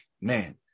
man